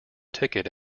ticket